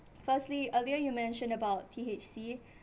firstly earlier you mentioned about T_H_C